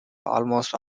almost